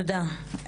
תודה.